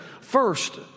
First